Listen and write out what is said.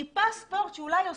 טיפה ספורט שאולי יוסיף,